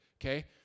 okay